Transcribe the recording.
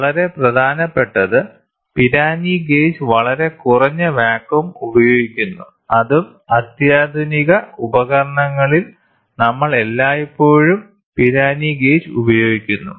വളരെ പ്രധാനപ്പെട്ടത് Pirani gauge വളരെ കുറഞ്ഞ വാക്വം ഉപയോഗിക്കുന്നു അതും അത്യാധുനിക ഉപകരണങ്ങളിൽ നമ്മൾ എല്ലായ്പ്പോഴും പിരാനി ഗേജ് ഉപയോഗിക്കുന്നു